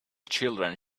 children